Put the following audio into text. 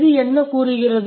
இது என்ன கூறுகிறது